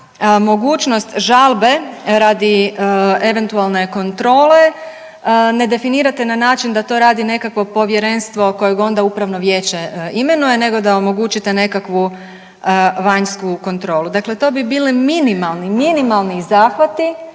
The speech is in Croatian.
mogućnost žalbe radi eventualne kontrole ne definirate na način da to radi nekakvo povjerenstvo kojeg onda upravo vijeće imenuje nego da omogućite nekakvu vanjsku kontrolu. Dakle, to bi bili minimalni, minimalni zahvati,